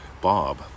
Bob